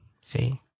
See